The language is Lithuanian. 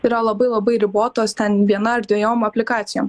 yra labai labai ribotos ten viena ar dviejom aplikacijom